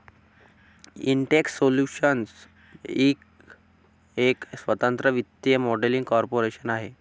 Intex solutions Inc एक स्वतंत्र वित्तीय मॉडेलिंग कॉर्पोरेशन आहे